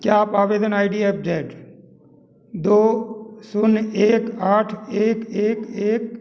क्या आप आवेदन आई डी एफ जेड दो शून्य एक आठ एक एक एक